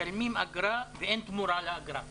משלמים אגרה ואין תמורה לאגרה.